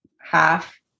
half